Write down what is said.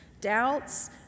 doubts